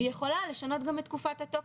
והיא יכולה גם לשנות את תקופת התוקף,